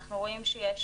אנחנו רואים שיש